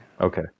Okay